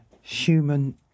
human